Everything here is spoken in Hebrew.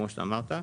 כמו שאמרת,